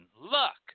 luck